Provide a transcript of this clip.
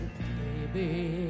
baby